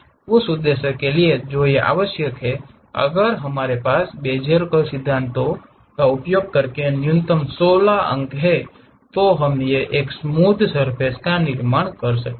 उस उद्देश्य के लिए जो हमें आवश्यक है अगर हमारे पास इन बेजियर कर्व सिद्धांतों का उपयोग करके न्यूनतम 16 अंक हैं तो यह एक स्मूध सर्फ़ेस का निर्माण कर सकता है